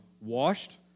washed